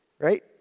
Right